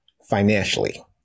financially